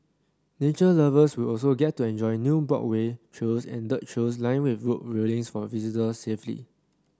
nature lovers will also get to enjoy new boardwalk trails and dirt trails lined with rope railings for visitor safety